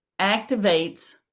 activates